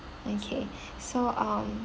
okay so um